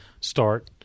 start